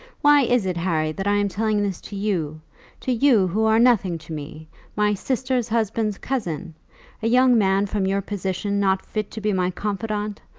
why is it, harry, that i am telling this to you to you, who are nothing to me my sister's husband's cousin a young man, from your position not fit to be my confidant?